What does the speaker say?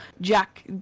Jack